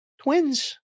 twins